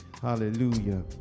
Hallelujah